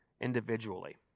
individually